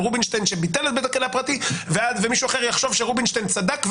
רובינשטיין שביטל את בית הכלא הפרטי ומישהו אחר יחשוב שרובינשטיין צדק.